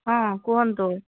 ହଁ କୁହନ୍ତୁ